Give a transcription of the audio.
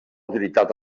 utilitat